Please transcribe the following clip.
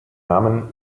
namen